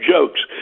Jokes